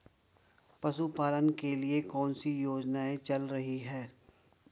पशुपालन के लिए कौन सी योजना चल रही है?